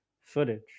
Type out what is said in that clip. footage